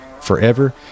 forever